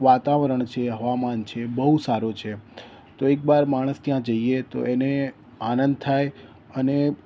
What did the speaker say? વાતાવરણ છે હવામાન છે બહુ સારો છે તો એક વાર માણસ ત્યાં જાઈએ તો એને આનંદ થાય અને